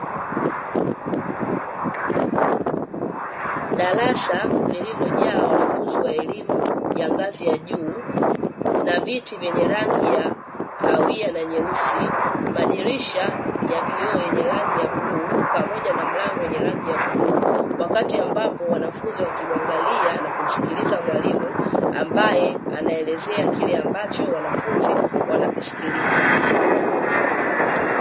Darasa lililojaa wanafunzi wa elimu ya ngazi ya juu na viti vyenye rangi ya kahawia na nyeusi, madirisha ya vioo yenye rangi ya bluu pamoja na mlango wenye rangi ya bluu wakati ambapo wanafunzi wakiwangalia na kumsikiliza mwalimu ambaye anaelezea kile ambacho wanafunzi wanakisikiliza.